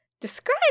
Describe